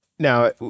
Now